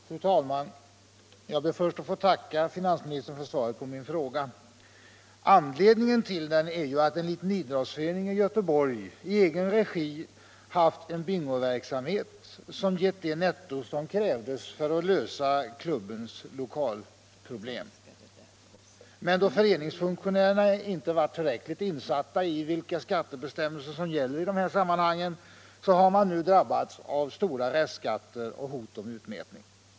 Fru talman! Jag ber först att få tacka finansministern för svaret på min fråga. Anledningen till den är ju att en liten idrottsförening i Göteborg i egen regi haft en bingoverksamhet, som gett det netto som krävdes för att lösa klubbens lokalproblem. Men då föreningsfunktionärerna inte varit tillräckligt insatta i vilka skattebestämmelser som gäller i dessa sammanhang har föreningen nu drabbats av stora restskatter och hot om utmätning.